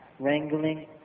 wrangling